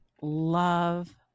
love